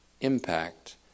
impact